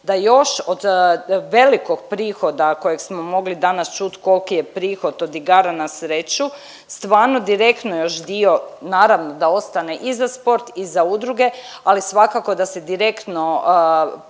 da još od velikog prihoda kojeg smo mogli danas čut kolki je prihod od igara na sreću stvarno direktno još dio naravno da ostane i za sport i za udruge, ali svakako da se direktno